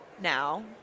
now